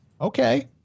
Okay